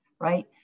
right